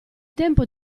tempo